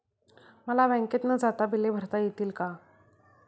मला बँकेत न जाता बिले भरता येतील का?